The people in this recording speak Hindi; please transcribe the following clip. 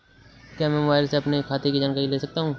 क्या मैं मोबाइल से अपने खाते की जानकारी ले सकता हूँ?